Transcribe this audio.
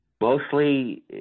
mostly